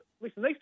Listen